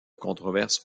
controverse